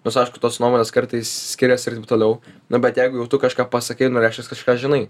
nors aišku tos nuomonės kartais skiriasi ir taip toliau nu bet jeigu jau tu kažką pasakei nu reiškias kažką žinai